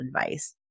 advice